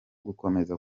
gukomeza